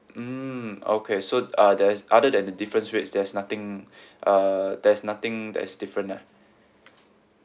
mm okay so uh there is other than the difference rates there is nothing uh there is nothing that is different ah